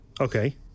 Okay